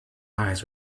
eyes